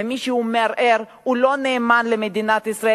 ומי שמערער הוא לא נאמן למדינת ישראל,